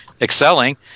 excelling